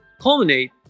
culminate